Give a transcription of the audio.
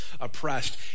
oppressed